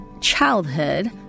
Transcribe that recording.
childhood